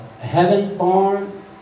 heaven-born